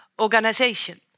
organization